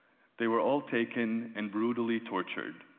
they were all taken and brutally tortured.